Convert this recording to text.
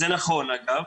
וזה נכון אגב.